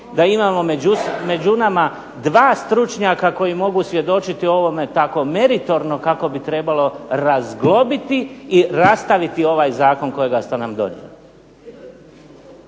da imamo među nama dva stručnjaka koji mogu svjedočiti o ovome tako meritorno kako bi trebalo razglobiti i rastaviti ovaj Zakon kojega ste nam donijeli.